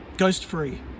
Ghost-free